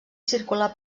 circular